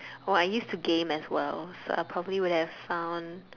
oh I used to game as well so I probably would have found